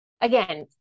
again